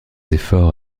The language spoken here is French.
efforts